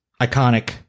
iconic